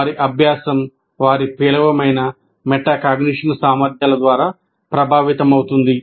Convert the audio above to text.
వారి అభ్యాసం వారి పేలవమైన మెటాకాగ్నిషన్ సామర్ధ్యాల ద్వారా ప్రభావితమవుతుంది